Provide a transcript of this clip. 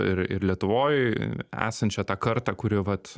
ir ir lietuvoj esančią tą kartą kuri vat